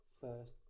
first